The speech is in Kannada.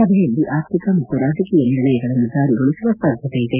ಸಭೆಯಲ್ಲಿ ಆರ್ಥಿಕ ಮತ್ತು ರಾಜಕೀಯ ನಿರ್ಣಯಗಳನ್ನು ಜಾರಿಗೊಳಿಸುವ ಸಾಧ್ಯತೆಯಿದೆ